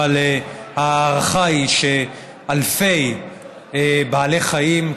אבל ההערכה היא שאלפי בעלי חיים,